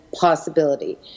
possibility